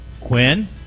Quinn